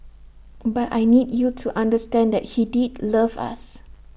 but I need you to understand that he did love us